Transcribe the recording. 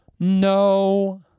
No